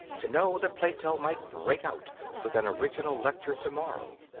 to know that plato might break out with an original lecture to-morrow,